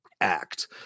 act